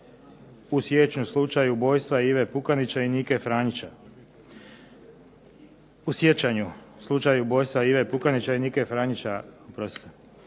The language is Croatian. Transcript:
u siječnju slučaj ubojstva Ive Pukanića i Nike Franjića. U sjećanju, u slučaju ubojstva Ive Pukanića i Nike Franjića,